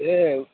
ఏవ్